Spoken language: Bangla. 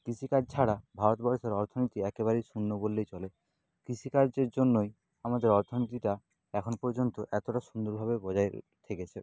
কৃষিকাজ ছাড়া ভারতবর্ষের অর্থনীতি একেবারেই শূন্য বললেই চলে কৃষিকার্যের জন্যই আমাদের অর্থনীতিটা এখনও পর্যন্ত এতোটা সুন্দরভাবে বজায় থেকেছে